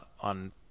on